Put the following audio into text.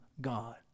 God